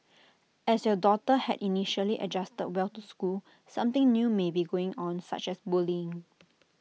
as your daughter had initially adjusted well to school something new may be going on such as bullying